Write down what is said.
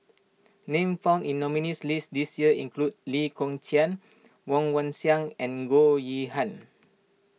names found in the nominees' list this year include Lee Kong Chian Woon Wah Siang and Goh Yihan